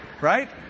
right